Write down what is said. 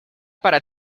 para